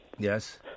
Yes